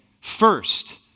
first